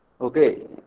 Okay